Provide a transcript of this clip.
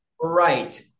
Right